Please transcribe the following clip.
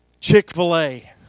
Chick-fil-A